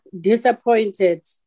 disappointed